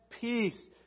peace